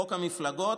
חוק המפלגות,